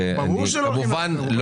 וכמובן,